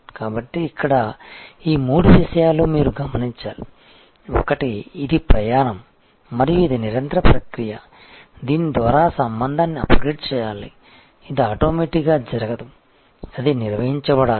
కాబట్టి ఇక్కడ ఈ మూడు విషయాలు మీరు గమనించాలి ఒకటి ఇది ఒక ప్రయాణం మరియు ఇది నిరంతర ప్రక్రియ దీని ద్వారా సంబంధాన్ని అప్గ్రేడ్ చేయాలి ఇది ఆటోమేటిక్ గా జరగదు అది నిర్వహించబడాలి